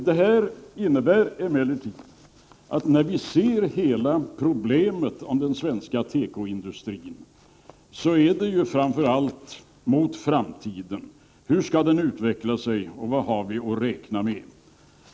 Det här innebär emellertid att när vi tar ställning till hela problemet med den svenska tekoindustrin så bör vi framför allt se mot framtiden: Hur skall tekoindustrin utvecklas och vad har vi att räkna med?